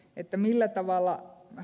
pitemmillä tavalla a